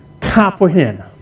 comprehend